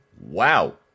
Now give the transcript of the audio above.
Wow